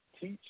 teach